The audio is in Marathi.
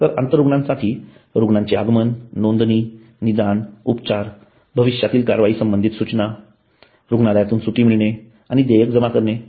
तर आंतररुग्णांसाठी रुग्णाचे आगमन नोंदणी निदान उपचार भविष्यातील कारवाई संबंधित सूचना आणि रुग्णालयातून सुट्टी मिळणे आणि देयक जमा करणे